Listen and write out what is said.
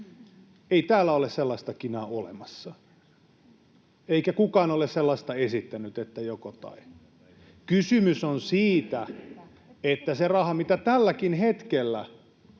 Ei täällä ole sellaista kinaa olemassa, eikä kukaan ole sellaista esittänyt, että joko—tai. Kysymys on siitä, että se raha, mitä tälläkin hetkellä